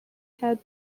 had